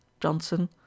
Johnson